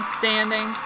standing